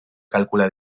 calcula